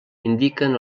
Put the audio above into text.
indiquen